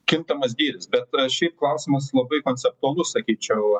kintamas dydis bet šiaip klausimas labai konceptualus sakyčiau